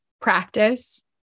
practice